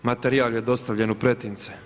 Materijal je dostavljen u pretince.